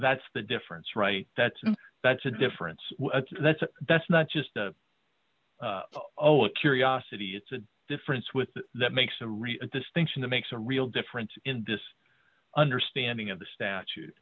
that's the difference right that's that's a difference that's a that's not just a oh a curiosity it's a difference with that makes a real distinction that makes a real difference in this understanding of the statute